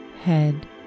Head